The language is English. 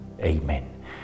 amen